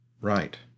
right